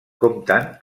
compten